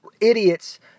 idiots